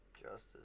Justice